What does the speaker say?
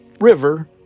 river